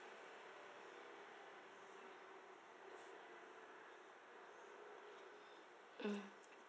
mm